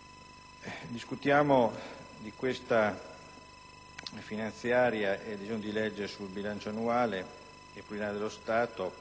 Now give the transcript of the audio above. dei disegni di legge finanziaria e di bilancio annuale e pluriennale dello Stato,